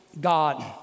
God